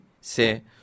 se